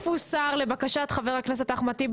יושבת ראש הוועדה הסעיף הוסר לבקשת חבר הכנסת אחמד טיבי